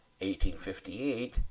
1858